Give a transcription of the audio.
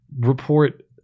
report